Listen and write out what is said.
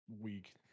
week